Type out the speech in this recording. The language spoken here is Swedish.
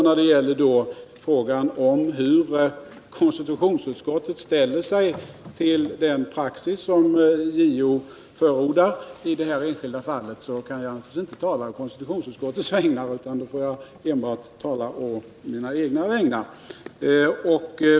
När det gäller frågan om hur konstitutionsutskottet ställer sig till den praxis som JO förordar i det här enskilda fallet kan jag naturligtvis inte tala å konstitutionsutskottets vägnar, utan då får jag enbart tala å mina egna vägnar.